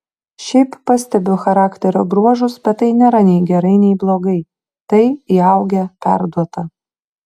šiaip pastebiu charakterio bruožus bet tai nėra nei gerai nei blogai tai įaugę perduota